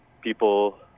people